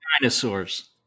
Dinosaurs